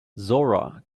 zora